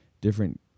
different